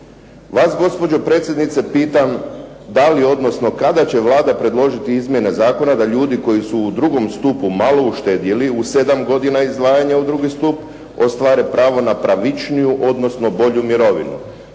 Vas gospođo predsjednice pitam da li, odnosno kada će Vlada predložiti izmjene zakona da ljudi koji su u drugom stupu malo uštedjeli u 7 godina izdvajanja u drugi stup, ostvare pravo na pravičniju, odnosno bolju mirovinu?